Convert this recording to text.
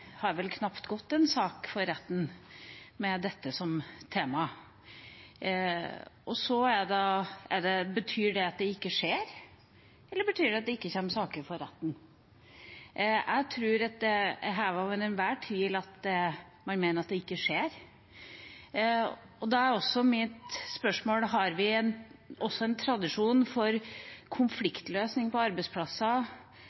har vel knapt gått en sak for retten med dette som tema. Betyr det at det ikke skjer, eller betyr det at det ikke kommer saker for retten? Jeg tror det er hevet over enhver tvil at man mener at det ikke skjer. Da er også mitt spørsmål: Har vi en tradisjon for